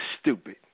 stupid